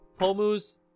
Pomu's